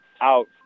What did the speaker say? out